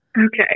Okay